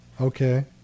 Okay